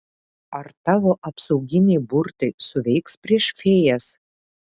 ar tavo apsauginiai burtai suveiks prieš fėjas